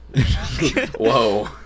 Whoa